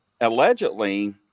allegedly